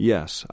Yes